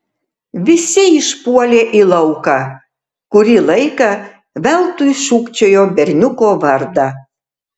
visi išpuolė į lauką kurį laiką veltui šūkčiojo berniuko vardą